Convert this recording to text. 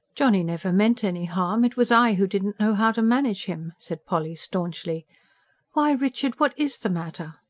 johnny never meant any harm. it was i who didn't know how to manage him, said polly staunchly why, richard, what is the matter?